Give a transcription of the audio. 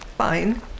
Fine